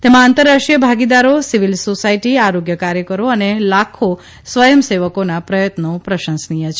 તેમાં આંતરરાષ્ટ્રીય ભાગીદારો સિવિલ સોસાયટી આરોગ્ય કાર્યકરો અને લાખો સ્વયંસેવકોના પ્રયત્નો પ્રશંસનીય છે